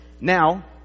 Now